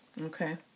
Okay